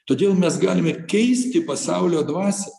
todėl mes galime keisti pasaulio dvasią